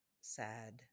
sad